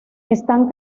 están